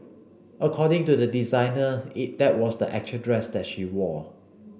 according to the designer that was the actual dress that she wore